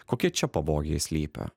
kokie čia pavojai slypi